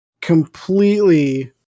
completely